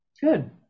Good